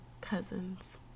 Cousins